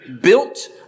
built